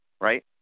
Right